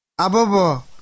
Abobo